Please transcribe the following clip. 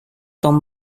tom